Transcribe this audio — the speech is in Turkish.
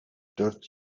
dört